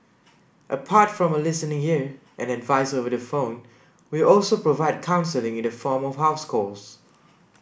apart from a listening ear and advice over the phone we also provide counselling in the form of house calls